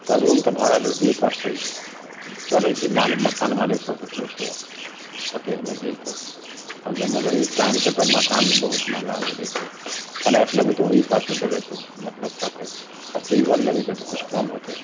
तऽ रूम तऽ भाड़ा लेबे ही परते चले छी मकान मालिक सब से पूछे कतेक मे देत है मगर ई टाउनके तऽ मकान बहुत महँगा मिलै छै फलैट लेबै तऽ ओहि हिसाबसँ देबै मतलब कहते आ सिंगल लेबै तऽ किछु कम होतै